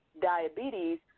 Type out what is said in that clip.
diabetes